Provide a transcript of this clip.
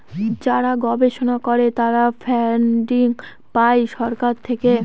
যারা গবেষণা করে তারা ফান্ডিং পাই সরকার থেকে